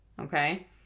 Okay